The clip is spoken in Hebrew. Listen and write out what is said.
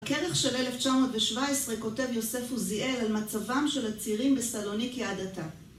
בכרך של 1917 כותב יוסף עוזיאל על מצבם של הצעירים בסלוניקי עד עתה.